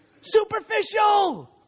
Superficial